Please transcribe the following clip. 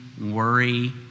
worry